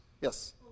Yes